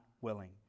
willing